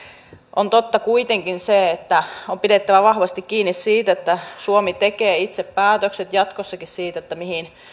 on totta kuitenkin se että on pidettävä vahvasti kiinni siitä että suomi tekee itse päätökset jatkossakin siitä